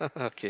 okay